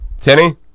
Tenny